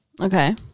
Okay